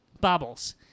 bobbles